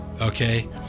okay